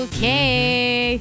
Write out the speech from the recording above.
Okay